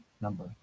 number